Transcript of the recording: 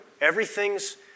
Everything's